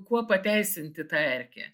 kuo pateisinti tą erkę